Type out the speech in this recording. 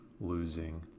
losing